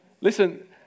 Listen